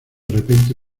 repente